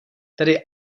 tedy